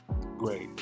great